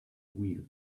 wheel